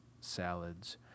salads